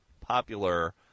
popular